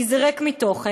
כי זה ריק מתוכן,